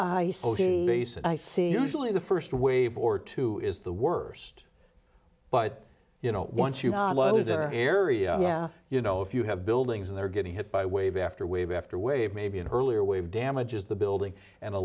basin i see usually the first wave or two is the worst but you know once you have area yeah you know if you have buildings and they're getting hit by wave after wave after wave maybe an earlier wave damages the building and